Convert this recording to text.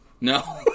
No